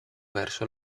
verso